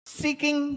seeking